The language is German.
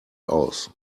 aus